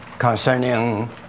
concerning